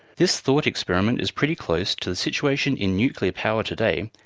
this thought experiment is pretty close to the situation in nuclear power today,